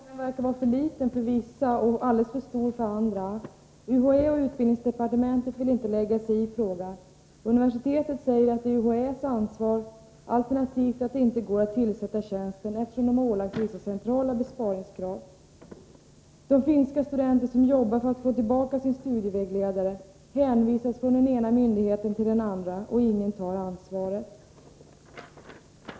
Herr talman! Den här frågan verkar vara för liten för vissa och alldeles för stor för andra. UHÄ och utbildningsdepartementet vill inte lägga sig i frågan. Universitetet säger att det är UHÄ:s ansvar, alternativt att det inte går att tillsätta tjänsten, eftersom man har ålagts vissa centrala besparingskrav. De 143 finska studenter som arbetar för att få tillbaka sin studievägledare hänvisas till den ena myndigheten efter den andra. Ingen tar ansvaret.